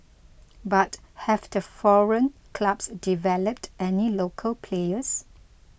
but have the foreign clubs developed any local players